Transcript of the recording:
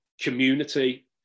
community